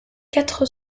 quatre